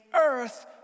earth